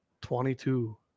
Twenty-two